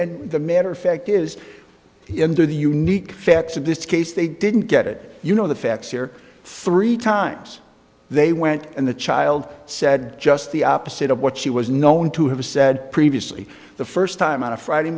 and the matter of fact is the end of the unique facts of this case they didn't get it you know the facts here three times they went and the child said just the opposite of what she was known to have said previously the first time on a friday